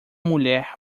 mulher